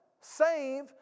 Save